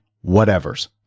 whatever's